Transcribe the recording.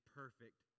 perfect